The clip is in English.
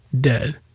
dead